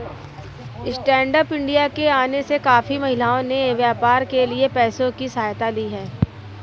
stand up India के आने से काफी महिलाओं ने व्यापार के लिए पैसों की सहायता ली है